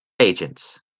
agents